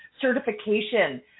certification